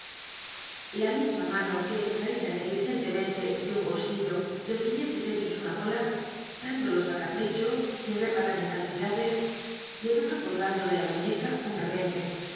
la misma mano que extraía negligentemente de un bolsillo los billetes hechos una bola dándolos á capricho sin reparar en cantidades llevaba colgando de la muñeca un rebenque